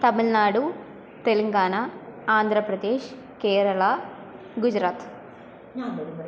तमिल्नाडु तेलङ्गाना आन्द्रप्रदेशः केरळा गुजरात्